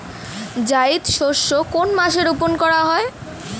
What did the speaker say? জায়িদ শস্য কোন মাসে রোপণ করা হয়?